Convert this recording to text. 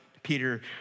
Peter